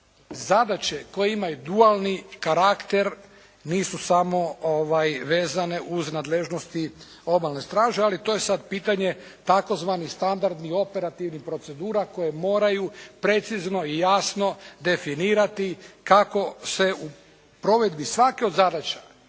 zadaće koji imaju dualni karakter, nisu samo vezane uz nadležnosti Obalne straže. Ali to je sad pitanje tzv. standardnih, operativnih procedura koje moraju precizno i jasno definirati kako se u provedbi svake od zadaća